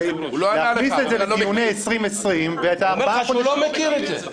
אולי להכניס את זה לדיוני 2020 --- הוא אומר לך שהוא לא מכיר את זה.